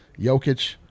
Jokic